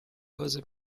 cosa